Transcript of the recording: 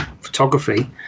photography